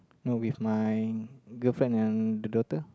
no with my girlfriend and the daughter